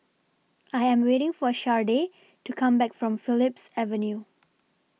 I Am waiting For Shardae to Come Back from Phillips Avenue